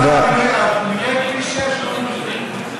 השר, אדוני, מקרה כביש 6, לא אמרת לי.